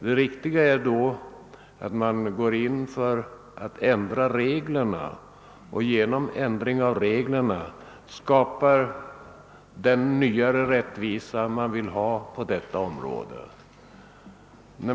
Det riktiga är att ändra reglerna och därigenom skapa den nyare rättvisa man vill ha på detta område.